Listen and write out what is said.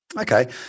Okay